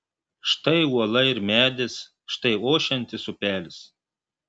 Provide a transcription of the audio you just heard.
štai uola ir medis štai ošiantis upelis